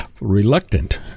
Reluctant